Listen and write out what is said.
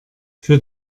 für